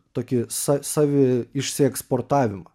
tokį sa savi išsieksportavimą